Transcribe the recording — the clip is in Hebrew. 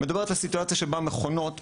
מדברת על סיטואציה שבה מכונות,